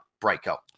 Brightco